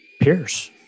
Pierce